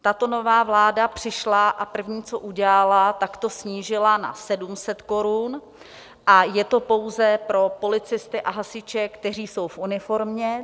Tato nová vláda přišla a první, co udělala, tak to snížila na 700 korun, a je to pouze pro policisty a hasiče, kteří jsou v uniformě.